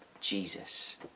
Jesus